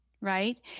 right